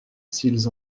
s’ils